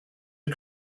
are